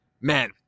Man